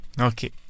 Okay